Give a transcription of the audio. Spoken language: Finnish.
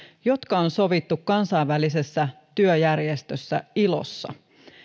jotka on sovittu kansainvälisessä työjärjestössä ilossa